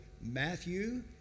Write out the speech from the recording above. Matthew